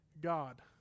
God